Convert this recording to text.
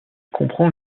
comprend